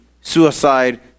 suicide